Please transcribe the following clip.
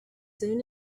soon